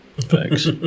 Thanks